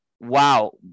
wow